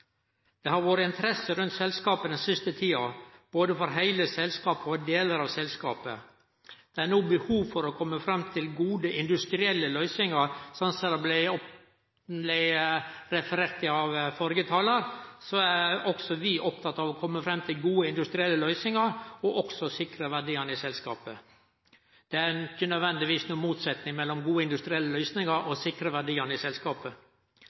Det har vore interesse rundt selskapet den siste tida, både for heile selskapet og for delar av selskapet. Det er no behov for å kome fram til gode industrielle løysingar. Som førre talar refererte til, er vi opptekne av å kome fram til gode industrielle løysingar, og også sikre verdiane i selskapet. Det er ikkje nødvendigvis noka motsetning mellom gode industrielle løysingar og å sikre verdiane i selskapet.